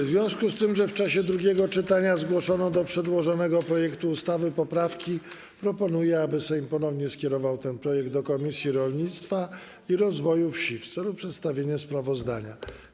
W związku z tym, że w czasie drugiego czytania zgłoszono do przedłożonego projektu ustawy poprawki, proponuję, aby Sejm ponownie skierował ten projekt do Komisji Rolnictwa i Rozwoju Wsi w celu przedstawienia sprawozdania.